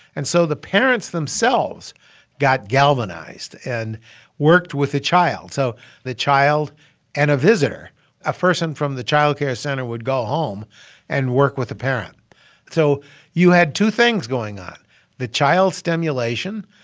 and so the parents themselves got galvanized and worked with the child. so the child and a visitor a person from the child care center would go home and work with a parent so you had two things going on the child's stimulation,